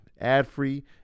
ad-free